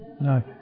no